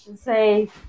say